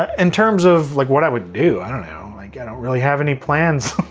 ah in terms of like what i would do, i don't know. like i don't really have any plans.